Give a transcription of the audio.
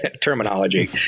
terminology